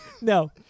No